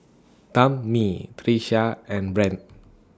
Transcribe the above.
Tammi Tricia and Brandt